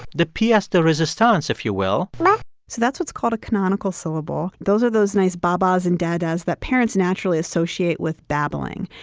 the piece de resistance, if you will. like so that's what's called a canonical syllable. those are those nice ba-bas and da-das that parents naturally associate with babbling.